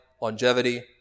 longevity